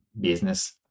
business